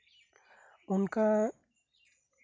ᱚᱱᱠᱟ